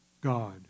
God